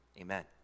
amen